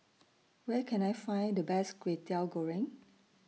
Where Can I Find The Best Kway Teow Goreng